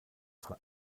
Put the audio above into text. von